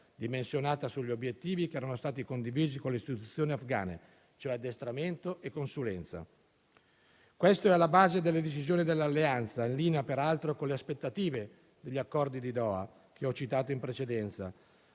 dimensionata sugli obiettivi che erano stati condivisi con le istituzioni afghane, cioè addestramento e consulenza. Questo è alla base delle decisioni dell'Alleanza, in linea peraltro con le aspettative degli accordi di Doha che ho citato in precedenza,